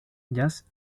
jazz